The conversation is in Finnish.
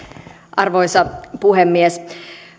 arvoisa puhemies